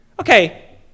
okay